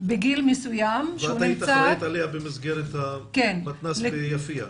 בגיל מסוים --- ואת היית אחראית עליה במסגרת המתנ"ס ביפיע,